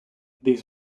these